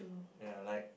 ya like